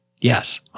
yes